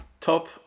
Top